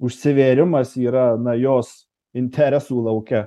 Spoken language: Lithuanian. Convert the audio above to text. užsivėrimas yra na jos interesų lauke